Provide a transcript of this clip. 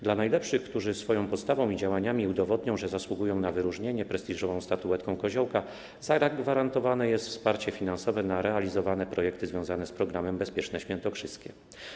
Dla najlepszych, którzy swoją postawą i działaniami udowodnią, że zasługują na wyróżnienie prestiżową statuetką koziołka, zagwarantowane jest wsparcie finansowe na realizowane projekty związane z programem „Bezpieczne świętokrzyskie”